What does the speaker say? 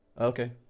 Okay